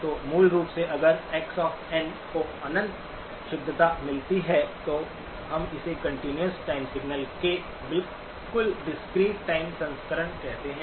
तो मूल रूप से अगर x n को अनंत शुद्धता मिली है तो हम इसे कंटीन्यूअस टाइम सिग्नल के बिल्कुल डिस्क्रीट-टाइम संस्करण कहते हैं